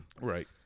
Right